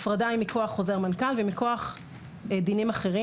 ההפרדה היא מכוח חוזר מנכ"ל ומכוח דינים אחרים.